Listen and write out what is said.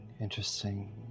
Interesting